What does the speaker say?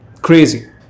Crazy